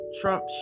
Trump